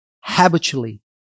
habitually